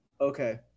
Okay